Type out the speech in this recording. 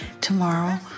Tomorrow